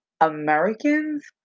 Americans